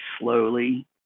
slowly